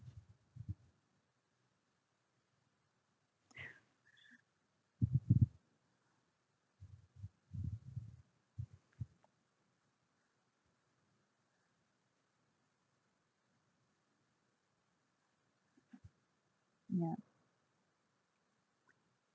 more